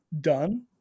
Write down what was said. done